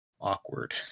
awkward